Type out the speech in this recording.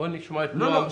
נשמע את נעם.